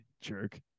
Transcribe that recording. Jerk